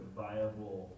viable